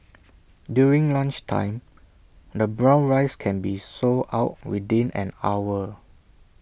during lunchtime the brown rice can be sold out within an hour